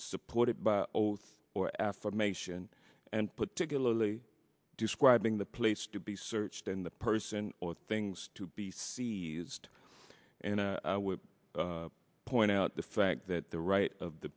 supported by both or affirmation and particularly describing the place to be searched and the person or things to be seized and i would point out the fact that the right of the